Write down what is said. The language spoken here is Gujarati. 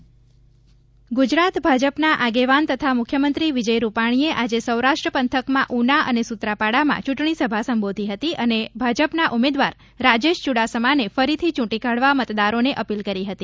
ભાજપ પ્રચાર રૂપાણી ગુજરાત ભાજપના આગેવાનો તથા મુખ્યમંત્રી વિજય રૂપાણીએ આજે સૌરાષ્ટ્ર પંથકમાં ઊના અને સુત્રાપાડામાં ચૂંટણી સભા સંબોધી હતી અને ભાજપના ઉમેદવાર રાજેશ ચુડાસમાને ફરીથી ચૂંટી કાઢવા મતદારોને અપીલ કરી હતી